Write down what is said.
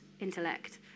intellect